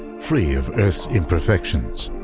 free of earth's imperfections.